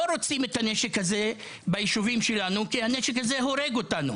לא רוצים את הנשק הזה בישובים שלנו כי הנשק הזה הורג אותנו.